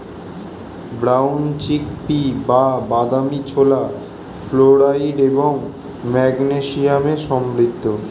brown chickpea বা বাদামী ছোলা ফ্লোরাইড এবং ম্যাগনেসিয়ামে সমৃদ্ধ